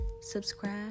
subscribe